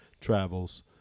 travels